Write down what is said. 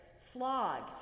flogged